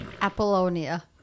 Apollonia